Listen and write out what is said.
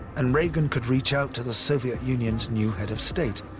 and reagan could reach out to the soviet union's new head of state,